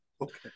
Okay